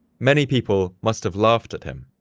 many people must have laughed at him,